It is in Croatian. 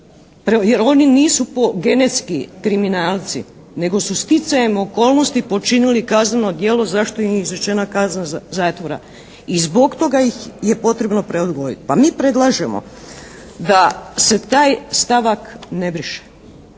jer oni nisu genetski kriminalci, nego su sticajem okolnosti počinili kazneno djelo zašto im je izrečena kazna zatvora. I zbog toga ih je potrebno preodgojiti. Pa mi predlažemo da se taj stavak ne briše.